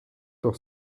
doch